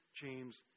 James